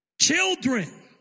Children